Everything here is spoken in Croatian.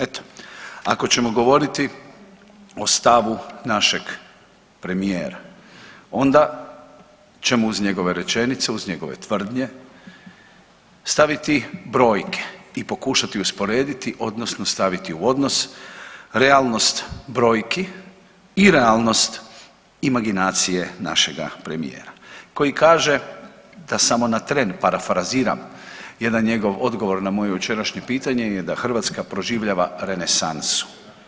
Eto, ako ćemo govoriti o stavu našeg premijera, onda ćemo uz njegove rečenice, uz njegove tvrdnje staviti brojke i pokušati usporediti odnosno staviti u odnos realnost brojki i realnost imaginacije našega premijera koji kaže, da samo na tren parafraziram jedan njegov odgovor na moje jučerašnje pitanje je da Hrvatska proživljava renesansu.